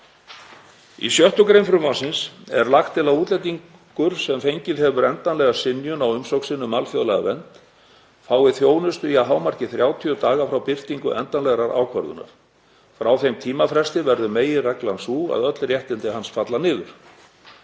Í 6. gr. frumvarpsins er lagt til að útlendingur sem fengið hefur endanlega synjun á umsókn sinni um alþjóðlega vernd fái þjónustu í að hámarki 30 daga frá birtingu endanlegrar ákvörðunar. Frá þeim tímafresti verður meginreglan sú að öll réttindi hans falla niður.